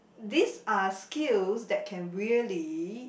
these are skills that can really